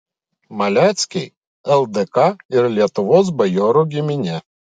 maleckiai ldk ir lietuvos bajorų giminė